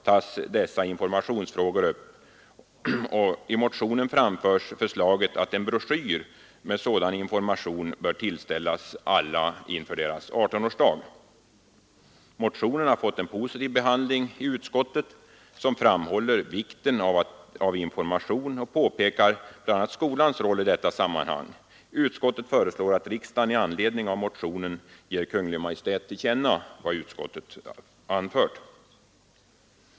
tas dessa informationsfrågor upp, och i motionen framförs förslaget att en broschyr med sådan information skall tillställas alla inför deras 18-årsdag. Motionen har fått en positiv behandling i utskottet, som framhåller vikten av information och påpekar bl.a. skolans roll i detta sammanhang. Utskottet föreslår att riksdagen med anledning av motionen ger Kungl. Maj:t till känna vad utskottet anfört.